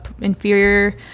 inferior